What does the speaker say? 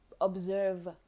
observe